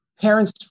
parents